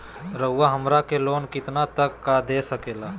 रउरा हमरा के लोन कितना तक का दे सकेला?